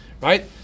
right